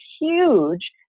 huge